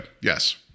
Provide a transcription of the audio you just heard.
yes